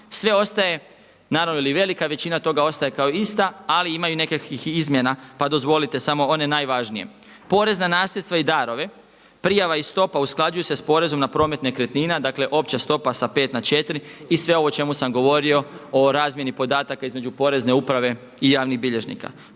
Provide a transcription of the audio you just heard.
Sve ostaje, naravno ili velika većina toga ostaje kao ista ali ima i nekakvih izmjena pa dozvolite samo one najvažnije. Porezna nasljedstva i darove, prijava i stopa usklađuju se s porezom na promet nekretnina, dakle opća stopa sa 5 na 4 i sve ovo o čemu sam govorio o razmjeni podataka između Porezne uprave i javnih bilježnika.